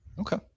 Okay